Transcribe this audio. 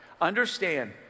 understand